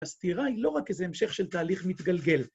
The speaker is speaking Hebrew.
הסתירה היא לא רק איזה המשך של תהליך מתגלגל.